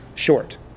short